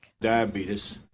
Diabetes